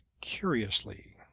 curiously